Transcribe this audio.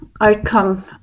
outcome